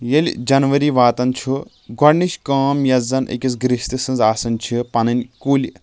ییٚلہِ جنؤری واتان چھُ گۄڈٕنِچ کٲم یۄس زَن أکِس گریٖستہِ سٕنٛز آسان چھِ پَنٕنۍ کُلۍ